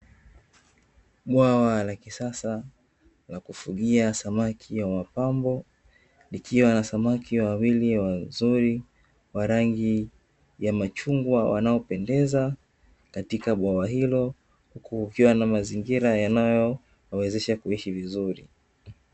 Bwawa la kisasa la kufugia samaki wa mapambo, likiwa na samaki wawili wazuri wa rangi ya machungwa wanaopendeza katika bwawa hilo, huku kukiwa na mazingira yanayowawezesha kuishi vizuri.